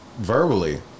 Verbally